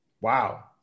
Wow